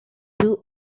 two